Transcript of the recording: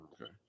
Okay